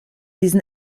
diesen